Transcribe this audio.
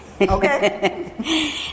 Okay